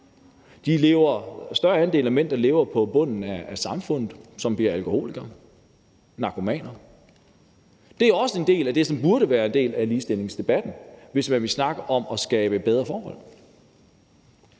større andel af mænd, der lever på bunden af samfundet, og som bliver alkoholikere, narkomaner. Det er også en del af det, som burde være en del af ligestillingsdebatten, hvis man vil snakke om at skabe bedre forhold.